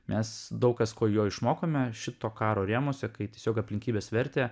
nes daug kas ko jo išmokome šito karo rėmuose kai tiesiog aplinkybės vertė